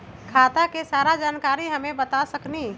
खाता के सारा जानकारी हमे बता सकेनी?